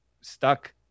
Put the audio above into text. stuck